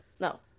no